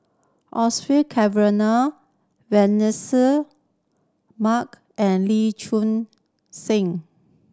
Cavenagh Vanessa Mark and Lee Choon Seng